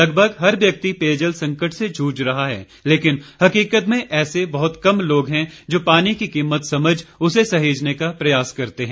लगभग हर व्यक्ति पेयजल संकट से जूझ रहा है लेकिन हकीकत में ऐसे बहुत कम लोग हैं जो पानी की कीमत समझ उसे सहेजने का प्रयास करते हैं